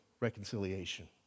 reconciliation